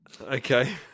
okay